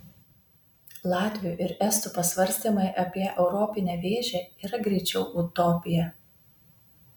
latvių ir estų pasvarstymai apie europinę vėžę yra greičiau utopija